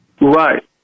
Right